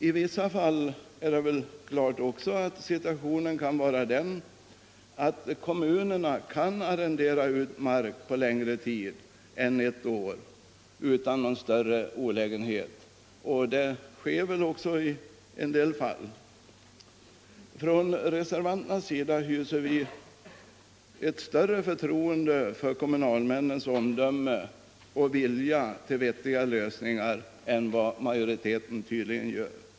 I vissa fall kan situationen vara den att kommunerna utan större olägenhet kan arrendera ut mark på längre tid än ett år, och det sker väl också ibland. Vi reservanter hyser större förtroende för kommunalmännens omdöme och vilja att finna vettiga lösningar än vad majoriteten tydligen gör.